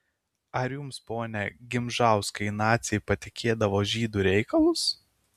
ar jums pone gimžauskai naciai patikėdavo žydų reikalus